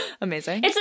Amazing